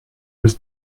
was